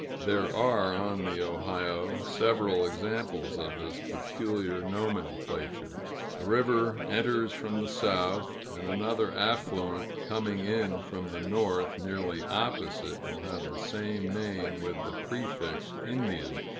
there are, on the ohio, several examples of this peculiar nomenclature a river enters from the south, and another affluent coming in from the north, nearly opposite, will have the same name with the prefix indian.